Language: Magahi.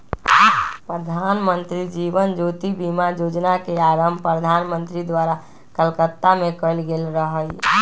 प्रधानमंत्री जीवन ज्योति बीमा जोजना के आरंभ प्रधानमंत्री द्वारा कलकत्ता में कएल गेल रहइ